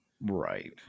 Right